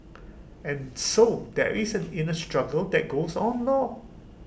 and so there is the inner struggle that goes on lor